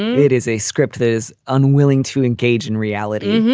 it is a script that is unwilling to engage in reality.